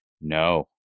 No